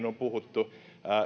on tänäänkin puhuttu ja